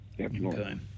Okay